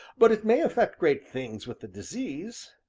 but it may effect great things with the disease.